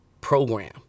program